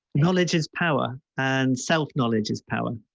knowledge is power and self knowledge is power.